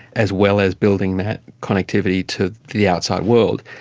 as well as building that connectivity to the outside world.